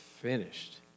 finished